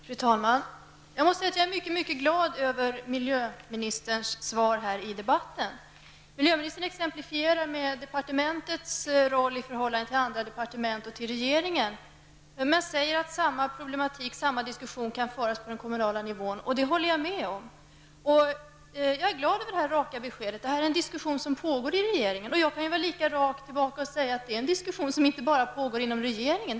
Fru talman! Jag måste säga att jag är mycket glad över miljöministerns svar i debatten. Hon exemplifierar med miljödepartementets roll i förhållande till andra departement och till regeringen, men framhåller att samma problematik kan finnas på den kommunala nivån. Det håller jag med om. Jag är glad över det raka beskedet att det här är en diskussion som pågår inom regeringen. Jag kan vara lika rak tillbaka och säga att det är en diskussion som inte bara pågår inom regeringen.